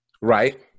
Right